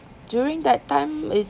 during that time it's